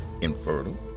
infertile